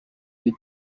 deux